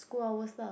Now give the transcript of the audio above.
school hours lah